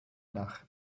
nach